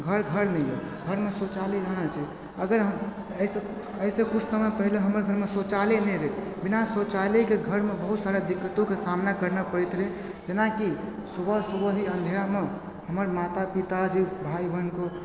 घर घर नहि अछि घरमे शौचालय रहना चाही अगर हम अइ सँ अइ सँ किछु समय पहिले हमर घरमे शौचालय नहि रहय बिना शौचालयके घरमे बहुत सारा दिक्कतोके सामना करना पड़ैत रहय जेना कि सुबह सुबह ही अँधेरामे हमर माता पिता जे भाइ बहन कऽ